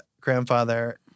grandfather